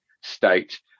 state